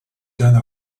donne